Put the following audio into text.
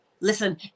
Listen